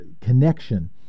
connection